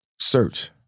search